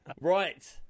Right